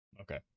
Okay